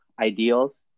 ideals